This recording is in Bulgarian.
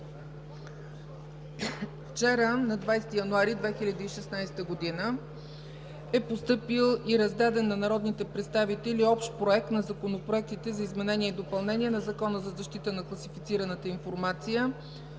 Вчера, на 20 януари 2016 г., е постъпил и раздаден на народните представители общ проект на Законопроектите за изменение и допълнение на Закона за защита на класифицираната информация,